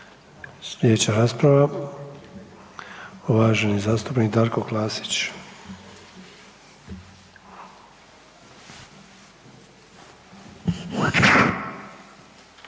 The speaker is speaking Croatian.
Slijedeća rasprava, uvaženi zastupnik Darko Klasić.